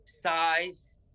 size